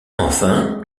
enfin